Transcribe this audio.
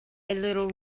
little